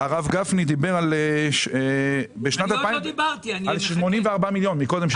הרב גפני דיבר על 84 מיליון קודם.